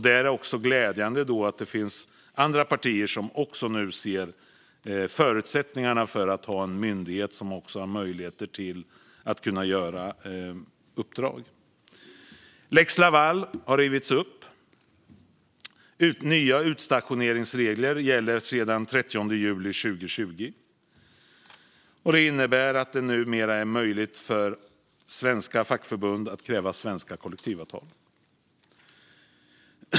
Det är glädjande att det finns andra partier som nu ser förutsättningarna för att ha en myndighet som har möjligheter att kunna göra uppdrag Lex Laval har rivits upp. Nya utstationeringsregler gäller sedan den 30 juli 2020. Det innebär att det numera är möjligt för svenska fackförbund att kräva svenska kollektivavtal.